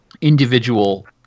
individual